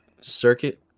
Circuit